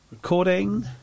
Recording